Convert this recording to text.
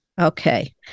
okay